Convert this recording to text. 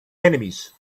enemies